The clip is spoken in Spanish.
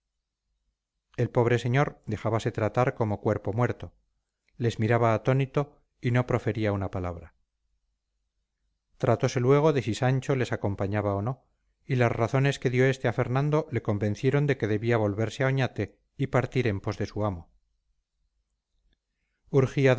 el pobre señor dejábase tratar como cuerpo muerto les miraba atónito y no profería una palabra tratose luego de si sancho les acompañaba o no y las razones que dio este a fernando le convencieron de que debía volverse a oñate y partir en pos de su amo urgía